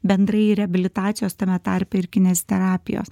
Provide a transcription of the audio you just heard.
bendrąjį reabilitacijos tame tarpe ir kineziterapijos